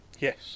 Yes